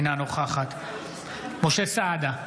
אינה נוכחת משה סעדה,